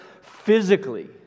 physically